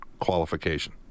qualification